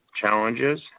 challenges